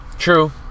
True